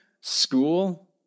school